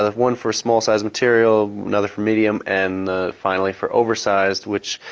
ah one for small sized material, another for medium, and finally for oversized which.